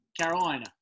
Carolina